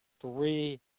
three